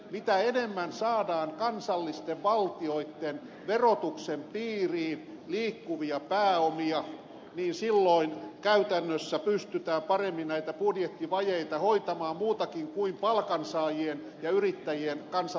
mitä enemmän saadaan kansallisten valtioitten verotuksen piiriin liikkuvia pääomia sitä paremmin pystytään käytännössä näitä budjettivajeita hoitamaan muutenkin kuin palkansaajien ja yrittäjien kansallisella verotuksella